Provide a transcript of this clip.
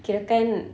kirakan